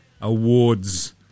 awards